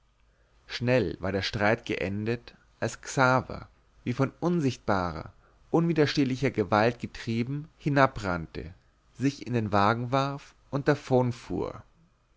schnell war der streit geendet als xaver wie von unsichtbarer unwiderstehlicher gewalt getrieben hinabrannte sich in den wagen warf und